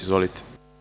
Izvolite.